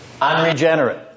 Unregenerate